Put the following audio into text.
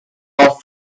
off